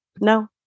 No